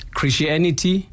Christianity